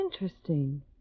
interesting